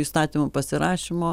įstatymų pasirašymo